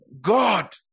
God